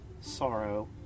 Sorrow